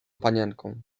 panienką